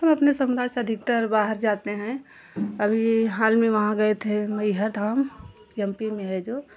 हम अपना समुदाय के अधिकतर बाहर जाते हैं अभी हाल में वहाँ गए थे मैहर धाम यम पी में है जो